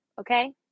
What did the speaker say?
Okay